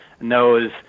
knows